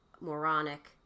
moronic